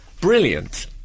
Brilliant